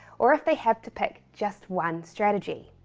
or if they have to pick just one strategy.